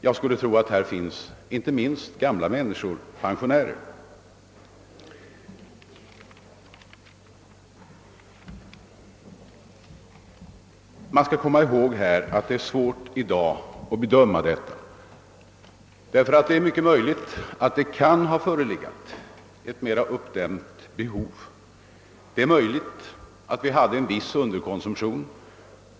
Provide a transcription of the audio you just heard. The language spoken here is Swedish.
Jag skulle tro att det gäller inte minst gamla människor — pensionä Vi skall komma ihåg att det är svårt att göra en bedömning i dag, ty det är mycket möjligt att ett uppdämt behov förelegat och att vi tidigare haft en viss underkonsumtion.